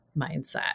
mindset